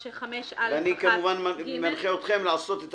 אני כמובן מנחה אתכם לעשות את